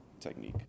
technique